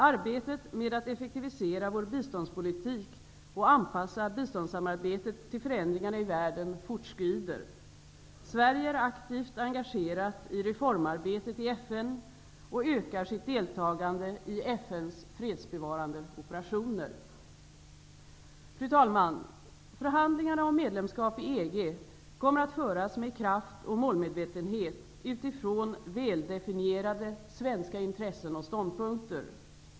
Arbetet med att effektivisera vår biståndspolitik och anpassa biståndssamarbetet till förändringarna i världen fortskrider. Sverige är aktivt engagerat i reformarbetet i FN och ökar sitt deltagande i FN:s fredsbevarande operationer. Fru talman! Förhandlingarna om medlemskap i EG kommer att föras med kraft och målmedvetenhet utifrån väldefinierade svenska intressen och ståndpunkter.